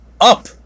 Up